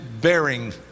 bearing